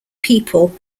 people